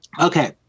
okay